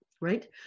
Right